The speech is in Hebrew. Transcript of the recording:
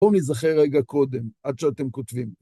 בואו ניזכר רגע קודם, עד שאתם כותבים.